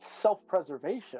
self-preservation